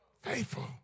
Faithful